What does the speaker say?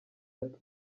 ati